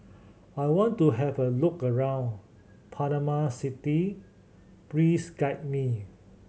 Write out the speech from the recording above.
I want to have a look around Panama City please guide me